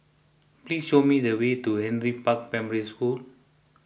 please show me the way to Henry Park Primary School